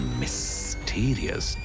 mysterious